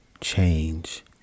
change